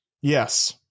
Yes